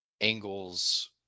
angles